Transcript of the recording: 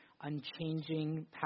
unchanging